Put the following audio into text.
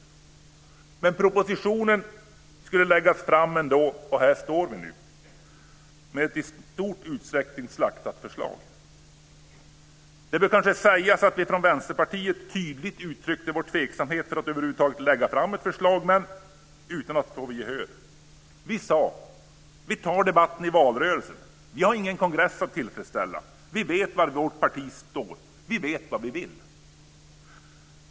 Propositionen skulle läggas fram ändå, och här står vi nu med ett i stor utsträckning slaktat förslag. Det bör kanske sägas att vi från Vänsterpartiet tydligt uttryckte vår tveksamhet för att över huvud taget lägga fram ett förslag men utan att få gehör. Vi sade: Vi tar debatten i valrörelsen. Vi har ingen kongress att tillfredsställa. Vi vet var vårt parti står, vi vet vad vi vill!